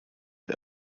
der